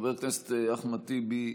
חברת הכנסת אחמד טיבי,